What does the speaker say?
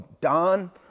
Don